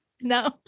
No